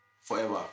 forever